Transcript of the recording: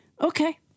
Okay